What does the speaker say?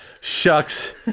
shucks